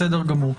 בסדר גמור.